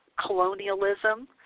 colonialism